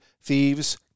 thieves